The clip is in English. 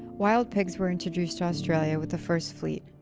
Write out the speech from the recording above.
wild pigs were introduced to australia with the first fleet,